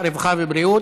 העבודה, הרווחה והבריאות.